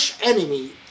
enemy